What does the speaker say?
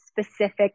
specific